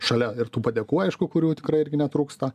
šalia ir tų padėkų aišku kurių tikrai irgi netrūksta